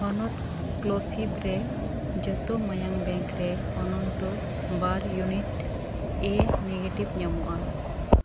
ᱦᱚᱱᱚᱛ ᱠᱞᱚᱥᱤᱵᱽ ᱨᱮ ᱡᱚᱛᱚ ᱢᱟᱭᱟᱝ ᱵᱮᱝᱠ ᱨᱮ ᱚᱱᱱᱚᱱᱛᱚ ᱵᱟᱨ ᱤᱭᱩᱱᱤᱴ ᱮᱹ ᱱᱮᱜᱮᱴᱤᱵᱷ ᱧᱟᱢᱚᱜᱼᱟ